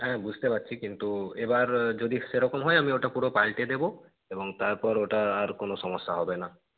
হ্যাঁ বুঝতে পারছি কিন্তু এবার যদি সেরকম হয় আমি ওটা পুরো পালটে দেবো এবং তারপর ওটা আর কোনো সমস্যা হবে না